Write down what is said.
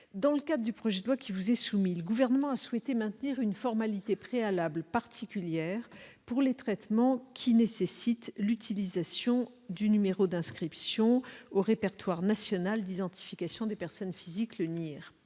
Dans le cadre du projet de loi qui vous est soumis, mesdames, messieurs les sénateurs, le Gouvernement a souhaité maintenir une formalité préalable particulière pour les traitements qui nécessitent l'utilisation du numéro d'inscription au répertoire national d'identification des personnes physiques, le NIR.